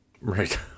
Right